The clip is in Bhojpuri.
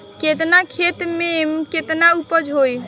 केतना खेत में में केतना उपज होई?